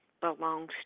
belongs